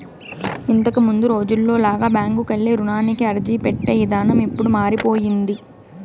ఇంతకముందు రోజుల్లో లాగా బ్యాంకుకెళ్ళి రుణానికి అర్జీపెట్టే ఇదానం ఇప్పుడు మారిపొయ్యింది